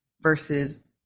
versus